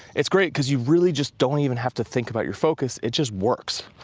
it's great cause you really just don't even have to think about your focus, it just works.